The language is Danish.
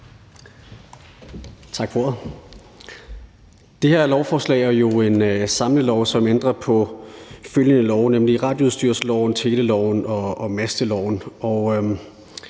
Tak for ordet. Det her lovforslag er jo en samlelov, som ændrer på følgende love: radioudstyrsloven, teleloven og masteloven.